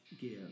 give